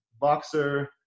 boxer